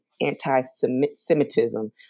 anti-Semitism